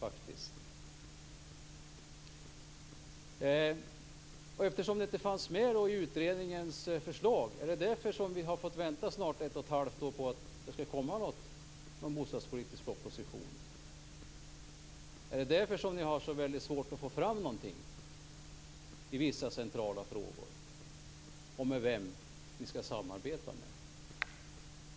Är det därför att de inte fanns med i utredningens förslag som vi fått vänta i ett och ett halvt år på att det skall komma en bostadspolitisk proposition? Är det därför som ni har så väldigt svårt att få fram någonting i vissa centrala frågor och bestämma er för vem ni skall samarbeta med?